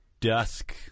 dusk